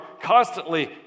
constantly